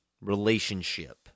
relationship